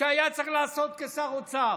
שהיה צריך לעשות כשר אוצר.